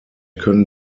können